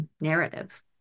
narrative